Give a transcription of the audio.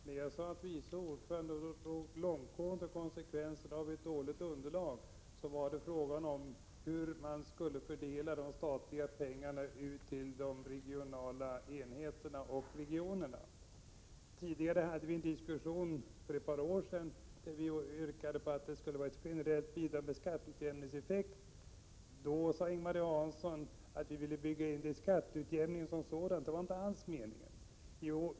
Herr talman! När jag sade att vice ordföranden drog långtgående konsekvenser av ett dåligt underlag gällde det frågan om hur man skulle fördela de statliga pengarna ut till de regionala enheterna och regionerna. I en diskussion för ett par år sedan yrkade vi på att det skulle vara ett generellt bidrag med skatteutjämningseffekt. Ing-Marie Hansson sade då att vi ville bygga in det i skatteutjämningen som sådan, men det var inte alls meningen.